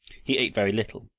he ate very little,